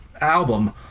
album